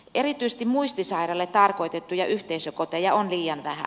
erityisesti muistisairaille tarkoitettuja yhteisökoteja on liian vähän